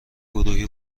گروهی